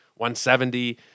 170